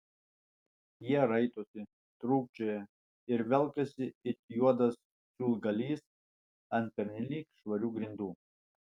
jie raitosi trūkčioja ir velkasi it juodas siūlgalys ant pernelyg švarių grindų